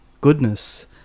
goodness